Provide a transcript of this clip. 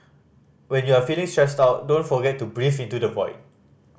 when you are feeling stressed out don't forget to breathe into the void